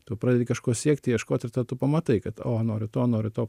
tu pradedi kažko siekti ieškot tu pamatai kad o noriu to noriu to